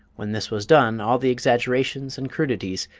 when this was done all the exaggerations and crudities,